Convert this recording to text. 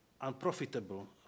unprofitable